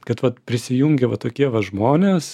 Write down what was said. kad vat prisijungė va tokie va žmonės